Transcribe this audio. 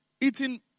eating